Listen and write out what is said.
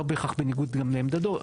לא בהכרח בניגוד לעמדתו,